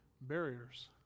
barriers